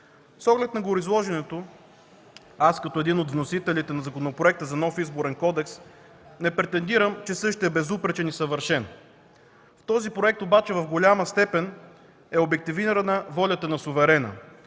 С оглед на гореизложеното, като един от вносителите на Законопроекта за нов Изборен кодекс, не претендирам, че същият е безупречен и съвършен. В този проект обаче в голяма степен е обективирана волята на суверена,